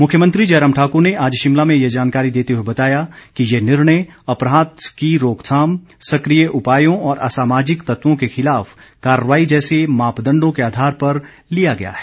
मुख्यमंत्री जयराम ठाकुर ने आज शिमला में ये जानकारी देते हुए बताया कि ये निर्णय अपराध की रोकथाम सकिय उपायों और असामाजिक तत्वों के खिलाफ कार्रवाई जैसे मापदंडों के आधार पर लिया गया है